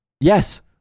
Yes